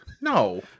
No